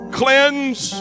cleanse